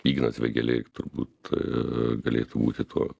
ignas vėgėlė turbūt galėtų būti tuo